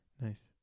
Nice